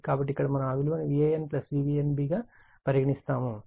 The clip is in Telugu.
కాబట్టి ఇక్కడ మనము ఆ విలువ ను Van Vnb గా పరిగణిస్తాము